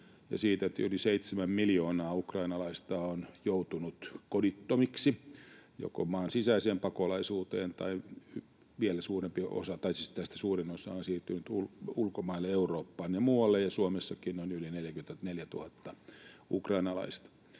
ja siitä, että yli seitsemän miljoonaa ukrainalaista on joutunut kodittomiksi, joko maan sisäiseen pakolaisuuteen tai — suurin osa on siirtynyt — ulkomaille Eurooppaan ja muualle, ja Suomessakin on yli 44 000 ukrainalaista.